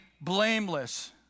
blameless